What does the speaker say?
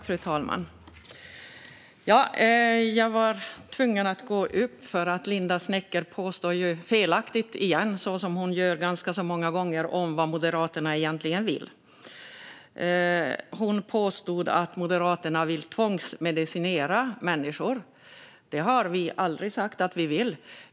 Fru talman! Jag var tvungen att begära replik, för Linda Snecker kommer - som ganska många andra gånger - med felaktiga påståenden om vad Moderaterna egentligen vill. Hon påstod att Moderaterna vill tvångsmedicinera människor. Det har vi aldrig sagt att vi vill.